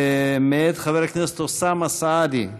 מאת חבר הכנסת אוסאמה סעדי,